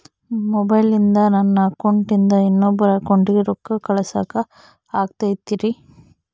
ಮೊಬೈಲಿಂದ ನನ್ನ ಅಕೌಂಟಿಂದ ಇನ್ನೊಬ್ಬರ ಅಕೌಂಟಿಗೆ ರೊಕ್ಕ ಕಳಸಾಕ ಆಗ್ತೈತ್ರಿ?